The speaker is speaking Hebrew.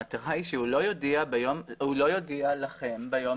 המטרה היא שהוא לא יודיע לכם ביום